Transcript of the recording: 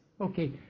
Okay